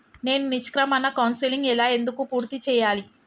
నేను నిష్క్రమణ కౌన్సెలింగ్ ఎలా ఎందుకు పూర్తి చేయాలి?